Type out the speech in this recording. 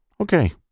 Okay